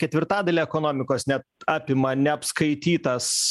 ketvirtadalią ekonomikos ne apima neapskaitytas